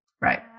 right